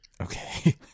Okay